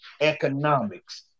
economics